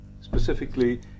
specifically